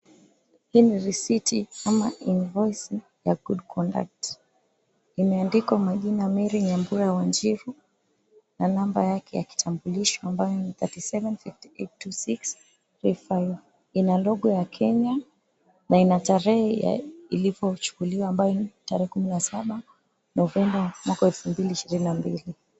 Hii ni risiti ama invoisi ya Good Conduct. Imeandikwa majina Mary Nyambura Wanjiru na namba yake ya kitambulisho ambayo ni 37582655. Ina logo ya Kkenya, na ina tarehe ya ilipochukuliwa, ambayo ni tarehe 17 Novemba mwaka 2022.